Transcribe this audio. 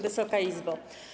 Wysoka Izbo!